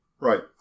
Right